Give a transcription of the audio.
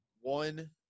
one